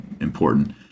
important